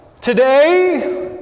today